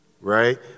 Right